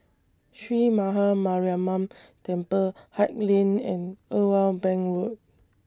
Sree Maha Mariamman Temple Haig Lane and Irwell Bank Road